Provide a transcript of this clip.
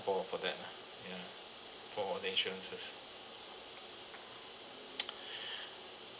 for for them ah ya for the insurances